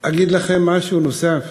אגיד לכם משהו נוסף.